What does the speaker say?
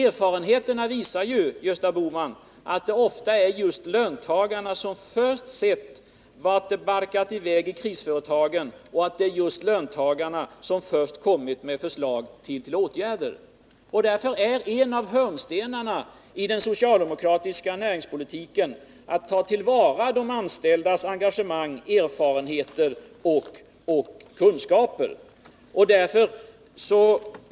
Erfarenheterna visar ju, Gösta Bohman, att det ofta är löntagarna som först sett vart det barkat iväg i krisföretagen och att det varit löntagarna som först kommit med förslag till åtgärder. Därför är en av hörnstenarna i den socialdemokratiska näringspolitiken att ta till vara de anställdas engagemang, erfarenheter och kunnande.